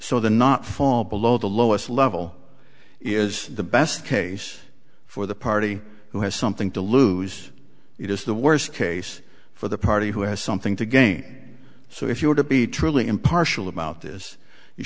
the not fall below the lowest level is the best case for the party who has something to lose it is the worst case for the party who has something to gain so if you were to be truly impartial about this you